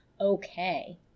okay